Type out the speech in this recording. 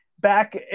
back